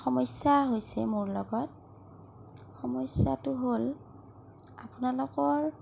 এটা সমস্য়া হৈছে মোৰ লগত সমস্য়াটো হ'ল আপোনালোকৰ